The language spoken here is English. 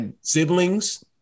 siblings